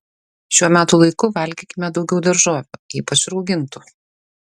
šiuo metų laiku valgykime daugiau daržovių ypač raugintų